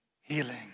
healing